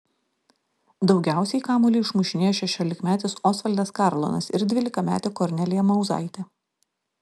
daugiausiai kamuolį išmušinėjo šešiolikmetis osvaldas karlonas ir dvylikametė kornelija mauzaitė